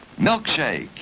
Milkshake